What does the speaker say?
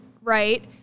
right